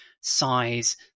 size